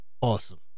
awesome